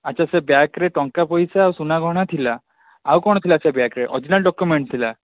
ଆଚ୍ଛା ସେ ବ୍ୟାଗରେ ଟଙ୍କା ପଇସା ସୁନା ଗହଣା ଥିଲା ଆଉ କ'ଣ ଥିଲା ସେ ବ୍ୟାଗରେ ଅରିଜିନାଲ ଡକ୍ୟୁମେଣ୍ଟ ଥିଲା